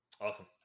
Awesome